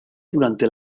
durante